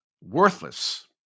worthless